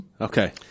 Okay